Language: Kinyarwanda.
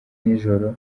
nijoro